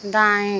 दाएँ